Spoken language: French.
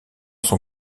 son